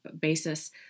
basis